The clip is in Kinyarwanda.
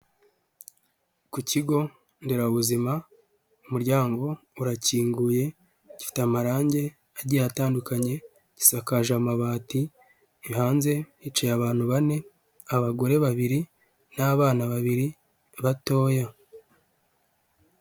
Ku kigo nderabuzima umuryango urakinguye gifite amarangi agiye atandukanye gisakaje amabati, hanze hicaye abantu bane abagore babiri n'abana babiri batoya.